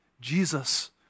Jesus